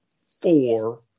four